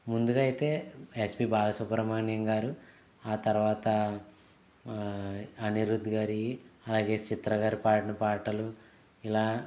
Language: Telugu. ముందుగా అయితే ఎస్పీ బాలసుబ్రమణ్యం గారు ఆ తర్వాత అనిరుధ్ గారి అలాగే చిత్ర గారు పాడిన పాటలు ఇలా